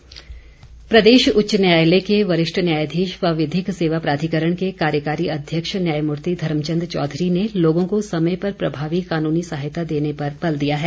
न्यायाधीश प्रदेश उच्च न्यायालय के वरिष्ठ न्यायाधीश व विधिक सेवा प्राधिकरण के कार्यकारी अध्यक्ष न्यायमूर्ति धर्मचंद चौधरी ने लोगों को समय पर प्रभावी कानूनी सहायता देने पर बल दिया है